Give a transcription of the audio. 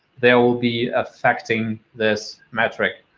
they will be affecting this metric,